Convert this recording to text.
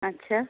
अच्छा